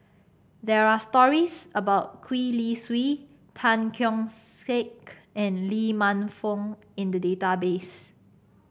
there are stories about Gwee Li Sui Tan Keong Saik and Lee Man Fong in the database